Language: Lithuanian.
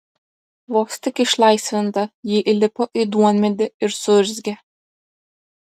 vos tik išlaisvinta ji įlipo į duonmedį ir suurzgė